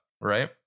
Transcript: Right